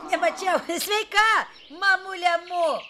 nemačiau sveika mamule mū